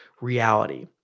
reality